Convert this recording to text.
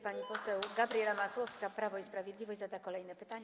Pani poseł Gabriela Masłowska, Prawo i Sprawiedliwość, zada kolejne pytanie.